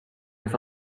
les